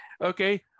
okay